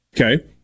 Okay